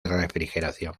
refrigeración